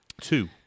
two